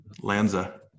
Lanza